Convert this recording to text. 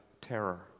terror